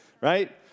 right